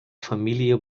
família